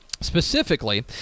Specifically